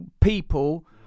people